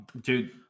dude